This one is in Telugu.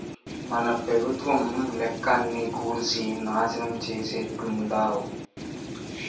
మన పెబుత్వం లెక్క అన్నీ కూల్సి నాశనం చేసేట్టుండావ్